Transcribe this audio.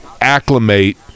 acclimate